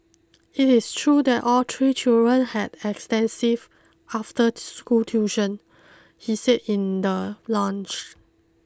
it is true that all three children had extensive after school tuition he said in the launch